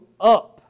up